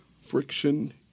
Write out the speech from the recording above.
friction